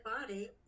body